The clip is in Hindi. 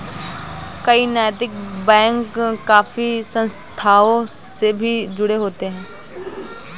कई नैतिक बैंक काफी संस्थाओं से भी जुड़े होते हैं